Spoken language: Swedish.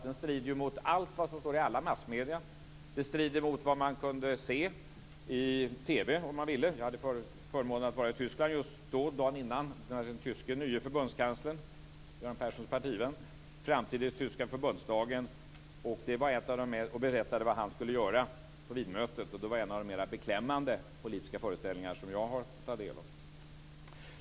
Den strider mot allt vad som står i alla massmedier och mot det som man kunde se i TV - jag hade förmånen att vara i Tyskland dagen innan där den nye tyske förbundskanslern, Göran Perssons partivän, framträdde i den tyska förbundsdagen och berättade vad han skulle göra på Wienmötet. Det var en av de mera beklämmande politiska föreställningar som jag har tagit del av.